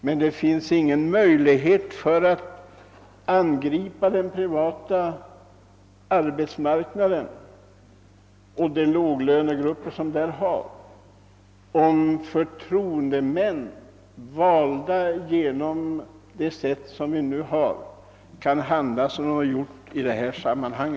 Men det finns ingen möjlighet att angripa den privata arbetsmarknaden för att hjälpa låglönegrupperna, om valda förtroendemän handlar som de gjort i detta sammanhang.